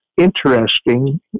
interesting